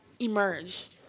Emerge